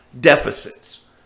deficits